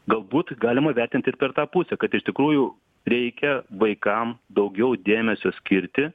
galbūt galima vertint ir per tą pusę kad iš tikrųjų reikia vaikam daugiau dėmesio skirti